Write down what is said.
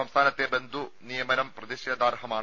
സംസ്ഥാനത്തെ ബന്ധുനിയമനം പ്രതിഷേധാർഹമാണ്